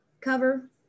cover